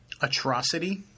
Atrocity